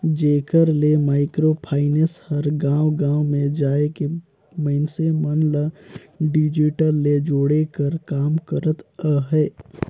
जेकर ले micro finance हर गाँव गाँव में जाए के मइनसे मन ल डिजिटल ले जोड़े कर काम करत अहे